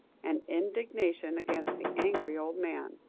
and indignation against the angry old man.